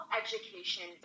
education